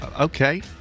Okay